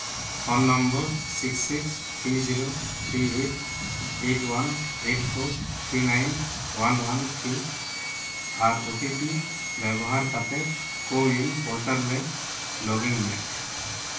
phone number six six three zero three eight eight one eight four three nine one one three ᱟᱨ O T P ᱵᱮᱵᱚᱦᱟᱨ ᱠᱟᱛᱮᱫ CoWIN portal ᱨᱮ log in ᱢᱮ